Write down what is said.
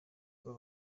kuba